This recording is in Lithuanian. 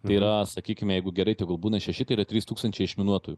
tai yra sakykime jeigu gerai tegul būna šeši tai yra trys tūkstančiai išminuotojų